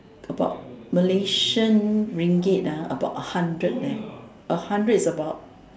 about Malaysian ringgit ah about a hundred there a hundred is about